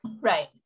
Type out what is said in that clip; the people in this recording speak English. Right